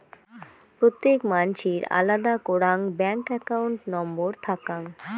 প্রত্যেক মানসির আলাদা করাং ব্যাঙ্ক একাউন্ট নম্বর থাকাং